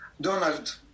Donald